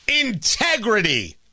Integrity